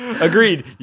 Agreed